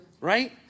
right